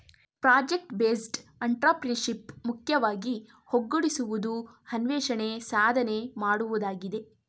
project based entrepreneurship ಮುಖ್ಯವಾಗಿ ಒಗ್ಗೂಡಿಸುವುದು, ಅನ್ವೇಷಣೆ, ಸಾಧನೆ ಮಾಡುವುದಾಗಿದೆ